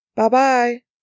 bye-bye